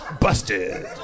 Busted